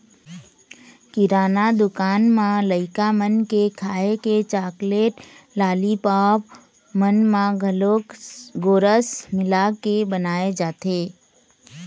किराना दुकान म लइका मन के खाए के चाकलेट, लालीपॉप मन म घलोक गोरस मिलाके बनाए जाथे